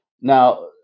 Now